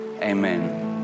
Amen